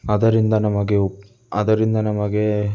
ಅದರಿಂದ ನಮಗೆ ಉ ಅದರಿಂದ ನಮಗೆ